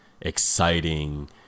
exciting